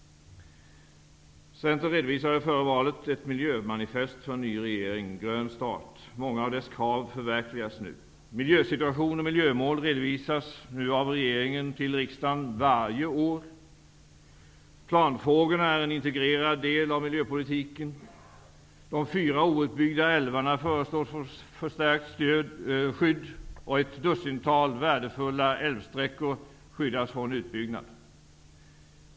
Centern redovisade före valet ett miljömanifest för en ny regering: Grön start. Många av dess krav förverkligas nu: Miljösituationen och miljövården redovisas nu av regeringen till riksdagen varje år. Planfrågorna är en integrerad del av miljöpolitiken. De fyra outbyggda älvarna föreslås få ett förstärkt skydd. Ett dussintal värdefulla älvsträckor skyddas från utbyggnad.